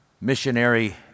missionary